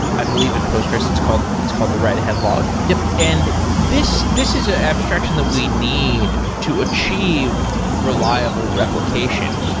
i believe in postgres it's called it's called the write ahead log. yup and this this is an abstraction that we need to achieve reliable replication.